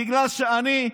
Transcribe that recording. בגלל שאני,